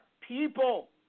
people